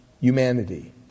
humanity